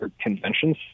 conventions